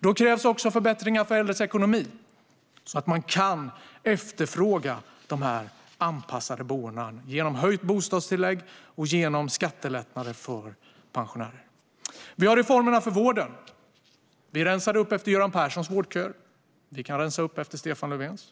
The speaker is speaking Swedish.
Då krävs också förbättringar av äldres ekonomi, så att man kan efterfråga de anpassade boendena, genom höjt bostadstillägg och skattelättnader för pensionärer. Vi har reformerna för vården. Vi rensade upp efter Göran Perssons vårdköer, och vi kan rensa upp efter Stefan Löfvens.